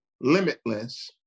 Limitless